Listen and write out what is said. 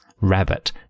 rabbit